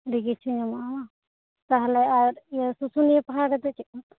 ᱟᱹᱰᱤ ᱠᱤᱪᱷᱩ ᱧᱟᱢᱚᱜᱼᱟ ᱵᱟᱝ ᱛᱟᱦᱚᱞᱮ ᱟᱨ ᱤᱭᱟᱹ ᱥᱩᱥᱩᱱᱤᱭᱟᱹ ᱯᱟᱦᱟᱲ ᱨᱮᱫᱚ ᱪᱮᱫ ᱠᱚ